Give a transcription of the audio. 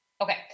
Okay